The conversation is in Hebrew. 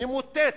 נמוטט,